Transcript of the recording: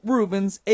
Rubens